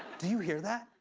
do you hear that?